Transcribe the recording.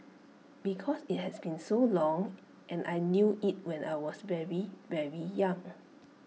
because IT has been so long and I knew IT when I was very very young